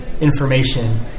information